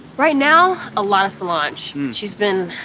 right now, a lot of solange. she's been